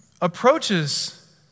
approaches